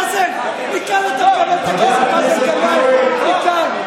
מאזן, מכאן אתה מקבל את הכסף, מאזן גנאים, מכאן.